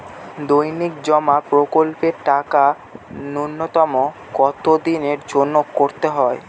দৈনিক জমা প্রকল্পের টাকা নূন্যতম কত দিনের জন্য করতে হয়?